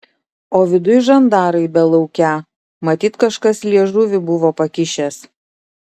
o viduj žandarai belaukią matyt kažkas liežuvį buvo pakišęs